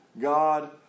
God